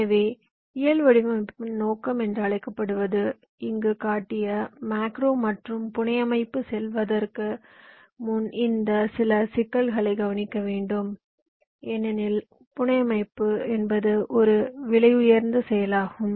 எனவே இயல் வடிவமைப்பின் நோக்கம் என்று அழைக்கப்படுவது இங்கு காட்டிய மேக்ரோ மற்றும் புனையமைப்பு செல்வதற்கு முன் இந்த சில சிக்கல்களைக் கவனிக்க வேண்டும் ஏனெனில் புனையமைப்பு என்பது ஒரு விலையுயர்ந்த செயலாகும்